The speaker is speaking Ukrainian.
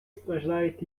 страждають